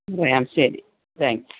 പറയാം ശരി thank you